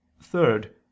Third